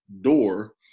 door